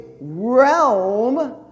realm